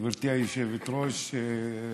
גברתי היושבת-ראש,